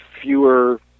fewer